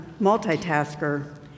multitasker